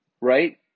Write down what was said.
Right